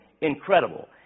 incredible